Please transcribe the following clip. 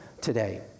today